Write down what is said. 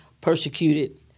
persecuted